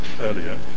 earlier